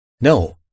No